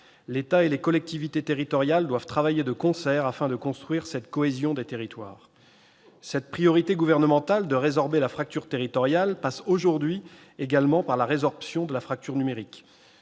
L'État et les collectivités territoriales doivent travailler de concert afin de construire cette cohésion des territoires. » Cette priorité gouvernementale de résorber la fracture territoriale passe aujourd'hui également par la résorption de la fracture numérique.